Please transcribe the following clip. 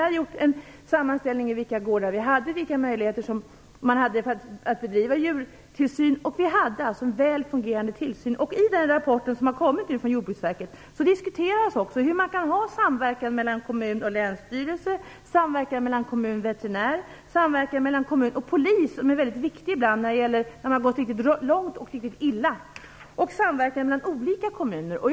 Vi gjorde en sammanställning över vilka gårdar som fanns och vilka möjligheter som fanns att bedriva djurtillsyn. Vi hade alltså en väl fungerande tillsyn. I den rapport som nu har kommit från Jordbruksverket diskuteras också samverkan mellan kommunen och länsstyrelsen, samverkan mellan kommunen och veterinären, samverkan mellan kommunen och polisen - som är viktig när det har gått riktigt långt och illa - och samverkan mellan olika kommuner. Margareta Winberg!